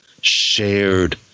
shared